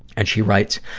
and she writes,